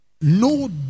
No